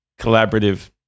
collaborative